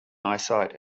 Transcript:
eyesight